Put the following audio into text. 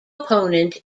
opponent